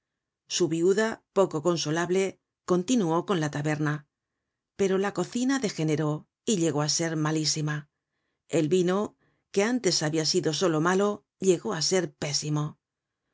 su viuda poco consolable continuó con la taberna pero la cocina degeneró y llegó á ser malísima el vino que antes habia sido solo malo llegó á ser pésimo